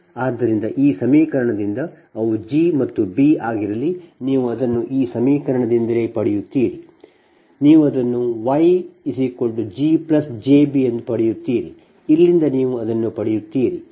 ಆದ್ದರಿಂದ ಈ ಸಮೀಕರಣದಿಂದ ಅವು G ಮತ್ತು B ಆಗಿರಲಿ ನೀವು ಅದನ್ನು ಈ ಸಮೀಕರಣದಿಂದಲೇ ಪಡೆಯುತ್ತೀರಿ ನೀವು ಅದನ್ನು Y G jB ಪಡೆಯುತ್ತೀರಿ ಇಲ್ಲಿಂದ ನೀವು ಅದನ್ನು ಪಡೆಯುತ್ತೀರಿ